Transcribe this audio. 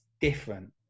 different